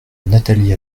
nathalie